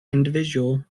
individual